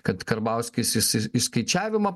kad karbauskis jis išskaičiavimą